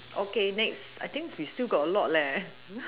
okay next I think we still got a lot lah